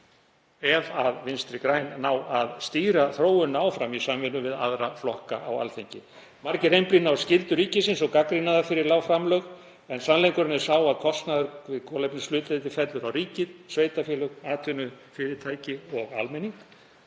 ef Vinstri græn ná að stýra þróuninni áfram í samvinnu við aðra flokka á Alþingi. Margir einblína á skyldu ríkisins og gagnrýna það fyrir lág framlög en sannleikurinn er sá að kostnaður við kolefnishlutleysi fellur á ríkið, sveitarfélög, atvinnufyrirtæki og almenning.